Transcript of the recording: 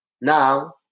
now